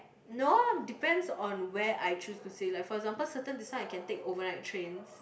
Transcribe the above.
no depends on where I choose to say like for example certain this one I can take over night trains